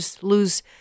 lose